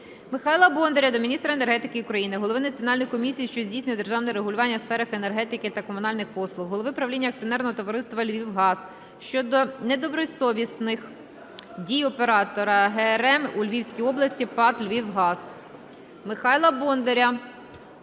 Михайла Бондаря до міністра енергетики України, Голови Національної комісії, що здійснює державне регулювання у сферах енергетики та комунальних послуг, Голови правління Акціонерного товариства "Львівгаз" щодо недобросовісних дій оператора ГРМ у Львівській області ПАТ "Львівгаз".